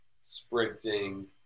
sprinting